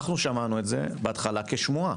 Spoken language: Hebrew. שמענו את זה בהתחלה כשמועה.